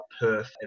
Perth